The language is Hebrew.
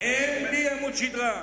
הם בלי עמוד שדרה.